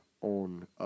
on